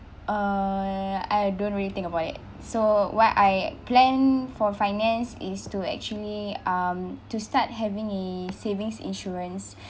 uh I don't really think about it so what I planned for finance is to actually um to start having a savings insurance